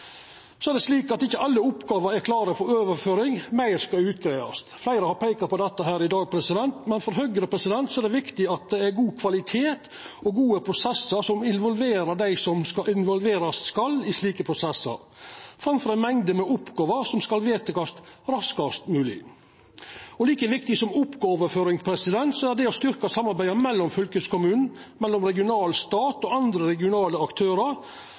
Så er det slik at ikkje alle oppgåver er klare for overføring. Meir skal greiast ut. Fleire har peika på dette i dag, men for Høgre er det viktig med god kvalitet og gode prosessar som involverer dei som involverast skal, framfor ei mengde oppgåver som skal vedtakast raskast mogleg. Like viktig som oppgåveoverføring er det å styrkja samarbeidet mellom fylkeskommunen, regional stat og andre regionale aktørar,